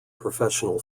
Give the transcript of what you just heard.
professional